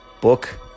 book